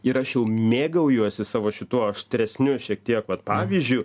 ir aš jau mėgaujuosi savo šituo aštresniu šiek tiek vat pavyzdžiu